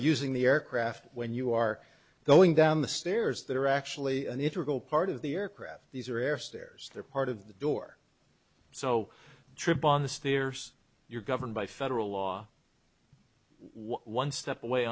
using the aircraft when you are going down the stairs that are actually an integral part of the aircraft these are air stairs they're part of the door so trip on the stairs you're governed by federal law one step away